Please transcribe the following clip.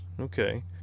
okay